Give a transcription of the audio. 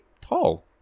tall